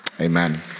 Amen